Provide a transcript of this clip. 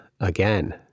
again